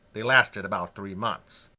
they lasted about three months.